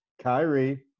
Kyrie